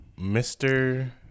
Mr